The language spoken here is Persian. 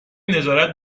نظارت